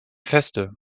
feste